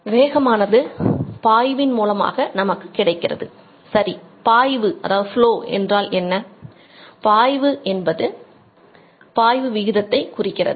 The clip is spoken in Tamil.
ஆகவே வேகம் குறிக்கிறது